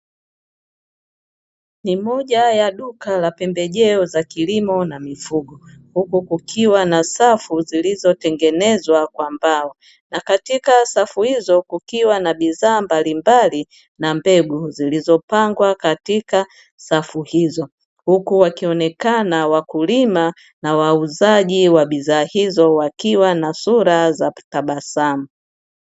Ni moja ya duka la pembe jeo za kilimo na mifugo, huku kukiwa na safu zilizo tengenezwa kwa mbao na katika safu hizo kikiwa na bidhaa mbalimbali na mbegu zilizopangwa katika safu hizo, huku wakionekana wakulima na wauzaji wa bizaa hizo wakiwa na sura za tabasamu.